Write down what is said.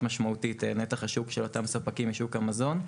משמעותית נתח השוק של אותם ספקים בשוק המזון.